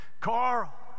Carl